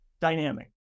dynamic